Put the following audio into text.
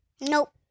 Nope